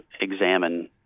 examine